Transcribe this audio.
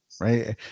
right